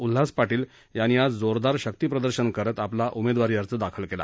उल्हास पाटील यांनी आज जोरदार शक्ती प्रदर्शन करत आपला उमेदवारी अर्ज दाखल केला